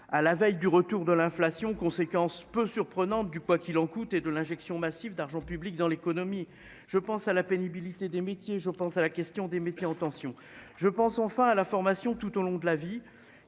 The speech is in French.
À la veille du retour de l'inflation, conséquence peu surprenante du poids qu'il en coûte et de l'injection massive d'argent public dans l'économie, je pense à la pénibilité des métiers, je pense à la question des métiers en tension, je pense enfin à la formation tout au long de la vie